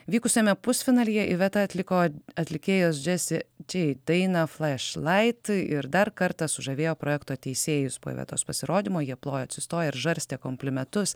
vykusiame pusfinalyje iveta atliko atlikėjos džesi džei dainą flešlait ir dar kartą sužavėjo projekto teisėjus po ivetos pasirodymo jie plojo atsistoję ir žarstė komplimentus